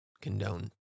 condone